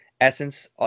essence